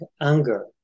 anger